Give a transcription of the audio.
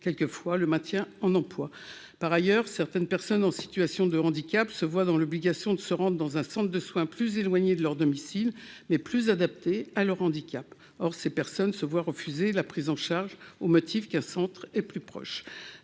de favoriser le maintien en emploi. Par ailleurs, certaines personnes en situation de handicap se voient dans l'obligation de se rendre dans un centre de soins plus éloigné de leur domicile, mais plus adapté à leur handicap. Or ces personnes se voient refuser la prise en charge au motif qu'il existe un centre situé plus proche